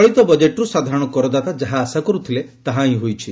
ଚଳିତ ବଜେଟ୍ରୁ ସାଧାରଶ କରଦାତା ଯାହା ଆଶା କରୁଥିଲେ ତାହାହି ହୋଇଛି